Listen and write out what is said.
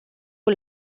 who